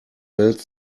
welt